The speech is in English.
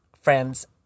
friends